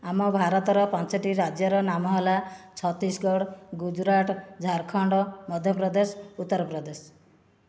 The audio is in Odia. ଆମ ଭାରତର ପାଞ୍ଚଟି ରାଜ୍ୟର ନାମ ହେଲା ଛତିଶଗଡ଼ ଗୁଜୁରାଟ ଝାଡ଼ଖଣ୍ଡ ମଧ୍ୟପ୍ରଦେଶ ଉତ୍ତରପ୍ରଦେଶ